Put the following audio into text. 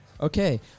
Okay